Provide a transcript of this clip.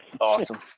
awesome